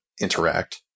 interact